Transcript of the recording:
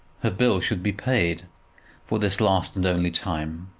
her bill should be paid for this last and only time.